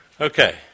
okay